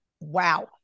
Wow